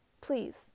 Please